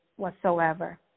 whatsoever